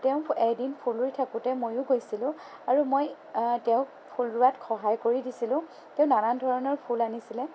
তেওঁ এদিন ফুল ৰুই থাকোঁতে ময়ো গৈছিলোঁ আৰু মই তেওঁক ফুল ৰুৱাত সহায় কৰি দিছিলোঁ তেওঁ নানান ধৰণৰ ফুল আনিছিলে